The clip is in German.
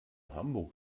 hamburg